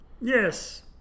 Yes